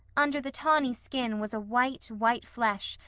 under the tawny skin was a white, white flesh,